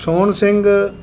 Sohan Singh